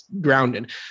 grounded